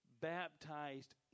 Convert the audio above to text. baptized